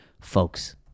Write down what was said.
Folks